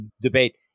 debate